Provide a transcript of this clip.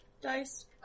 dice